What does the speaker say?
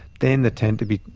then they tend to be,